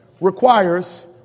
requires